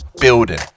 building